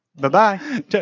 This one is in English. Bye-bye